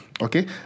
Okay